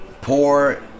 poor